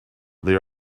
they